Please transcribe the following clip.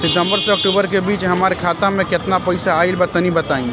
सितंबर से अक्टूबर के बीच हमार खाता मे केतना पईसा आइल बा तनि बताईं?